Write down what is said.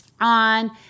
on